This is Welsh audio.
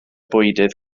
bwydydd